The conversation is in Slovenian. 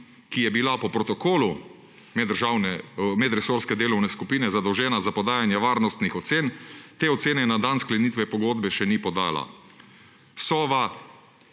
ki je bila po protokolu medresorske delovne skupine zadolžena za podajanje varnostnih ocen, te ocene na dan sklenitve pogodbe še ni podala. Sova